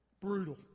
Brutal